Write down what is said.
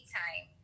time